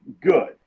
Good